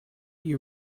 you